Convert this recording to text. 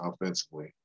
offensively